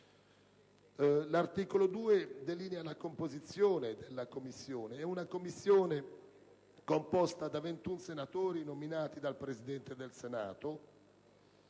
L'articolo 2 delinea la composizione della Commissione, che prevede 21 senatori nominati dal Presidente del Senato